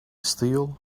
steel